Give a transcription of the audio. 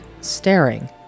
staring